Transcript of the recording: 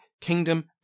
kingdom